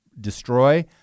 destroy